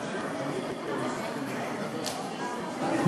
לא נתקבלה.